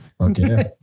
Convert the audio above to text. Okay